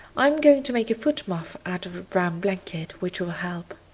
i'm going to make a foot muff out of a brown blanket, which will help.